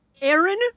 Aaron